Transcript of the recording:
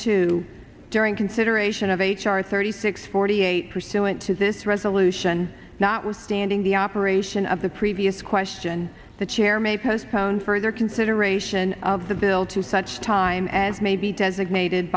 two during consideration of h r thirty six forty eight pursuant to this resolution notwithstanding the operation of the previous question the chair may postpone further consideration of the bill to such time as may be designated